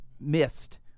Missed